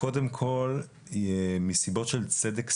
קודם כל, מסיבות של צדק סביבתי,